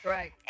Right